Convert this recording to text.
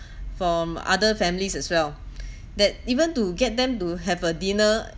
from other families as well that even to get them to have a dinner